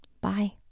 Bye